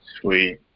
Sweet